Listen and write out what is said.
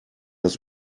das